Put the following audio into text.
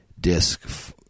disc